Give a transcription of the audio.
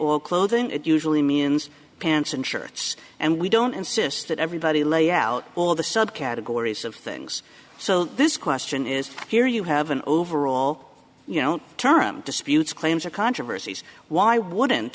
or clothing it usually means pants and shirts and we don't insist that everybody lay out all the subcategories of things so this question is here you have an overall you know term disputes claims or controversies why wouldn't